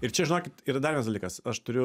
ir čia žinokit yra dar vienas dalykas aš turiu